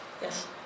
Yes